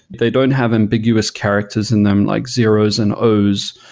they don't have ambiguous characters in them, like zeros and os.